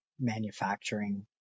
manufacturing